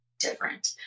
different